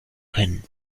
können